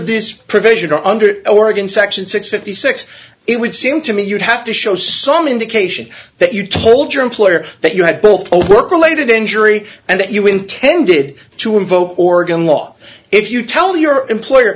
this provision or under oregon section six fifty six it would seem to me you'd have to show some indication that you told your employer that you had built a work related injury and that you intended to invoke oregon law if you tell your employer